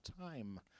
time